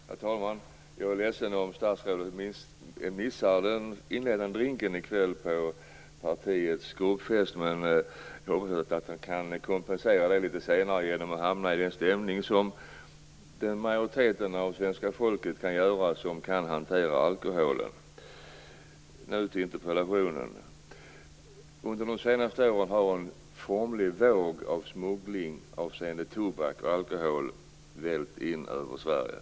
Herr talman! Jag är ledsen om statsrådet missar den inledande drinken i kväll på partiets gruppfest. Men jag har hört att han kan kompensera det litet senare genom att hamna i den stämning som den majoritet av svenska folket som kan hantera alkoholen kan göra. Jag övergår nu till interpellationen. Under de senaste åren har en formlig våg av smuggling avseende tobak och alkohol vällt in över Sverige.